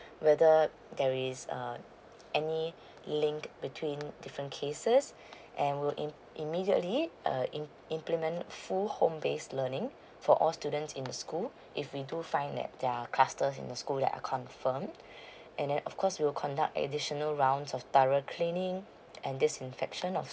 whether there is um any link between different cases and would in~ immediately uh in~ implement full home base learning for all students in the school if we do find that there are cluster in the school that are confirmed and then of course we will conduct additional rounds of thorough cleaning and disinfection of